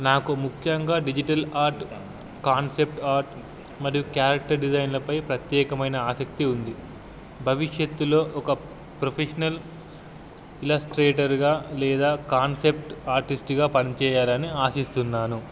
నాకు ముఖ్యంగా digital art concept art మరియు క్యారెక్టర్ డిజైన్లపై ప్రత్యేకమైన ఆసక్తి ఉంది భవిష్యత్తులో ఒక ప్రొఫెషనల్ ఇలస్ట్రేటర్గా లేదా కాన్సెప్ట్ ఆర్టిస్ట్గా పనిచేయాలని ఆశిస్తున్నాను